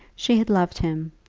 she had loved him,